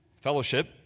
Fellowship